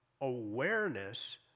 awareness